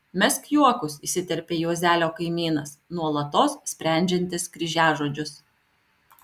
mesk juokus įsiterpia juozelio kaimynas nuolatos sprendžiantis kryžiažodžius